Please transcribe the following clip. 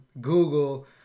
Google